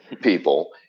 people